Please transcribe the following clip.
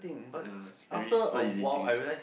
ya it's very not easy to you